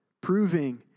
proving